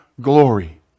glory